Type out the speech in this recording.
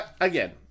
again